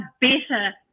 better